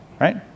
right